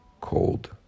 cold